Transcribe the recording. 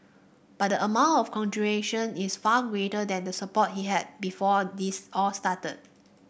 but the amount of congratulation is far greater than the support he had before this all started